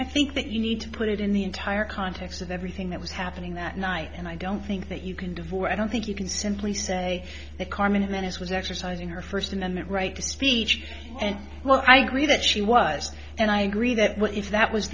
i think that you need to put it in the entire context of everything that was happening that night and i don't think that you can do for i don't think you can simply say that carmen and then his was exercising her first amendment right to speech and well i agree that she was and i agree that what if that was